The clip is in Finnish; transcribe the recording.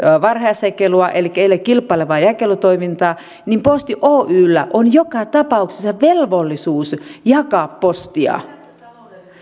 varhaisjakelua elikkä ei ole kilpailevaa jakelutoimintaa posti oyllä on joka tapauksessa velvollisuus jakaa postia